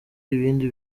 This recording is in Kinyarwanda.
ibindi